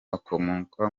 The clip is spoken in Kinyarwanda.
akomoka